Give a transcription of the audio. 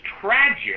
tragic